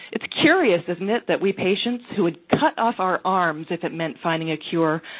it's curious isn't it, that we patients who would cut off our arms if it meant finding a cure,